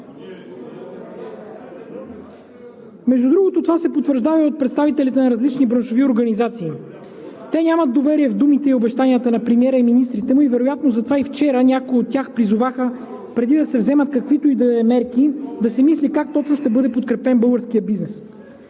Между другото, това се потвърждава и от представителите на различни браншови организации. Те нямат доверие в думите и обещанията на премиера и министрите му и вероятно затова и вчера някои от тях призоваха преди да се вземат каквито и да е мерки, да се мисли как точно ще бъде подкрепен българският бизнес.